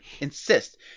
insist